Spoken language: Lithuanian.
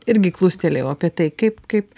irgi klustelėjau apie tai kaip kaip